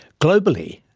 globally,